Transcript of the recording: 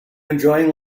enjoying